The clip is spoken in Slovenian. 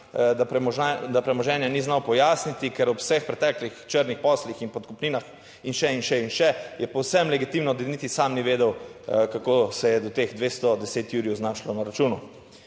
da premoženja ni znal pojasniti, ker ob vseh preteklih črnih poslih in podkupninah in še in še in še, je povsem legitimno, da niti sam ni vedel kako se je do teh 210 jurjev znašlo na računu.